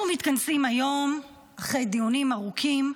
אנחנו מתכנסים היום אחרי דיונים ארוכים,